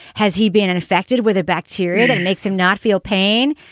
has he been infected with a bacteria that makes him not feel pain?